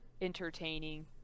entertaining